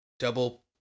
Double